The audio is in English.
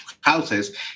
houses